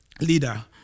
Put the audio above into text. leader